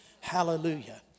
Hallelujah